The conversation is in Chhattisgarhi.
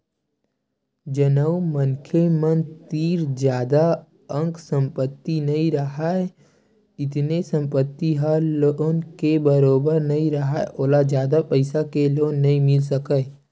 जउन मनखे मन तीर जादा अकन संपत्ति नइ राहय नइते संपत्ति ह लोन के बरोबर नइ राहय ओला जादा पइसा के लोन नइ मिल सकय